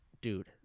dude